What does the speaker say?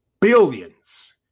billions